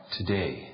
today